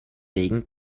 regen